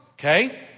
okay